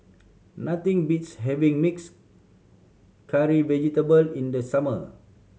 nothing beats having mixed curry vegetable in the summer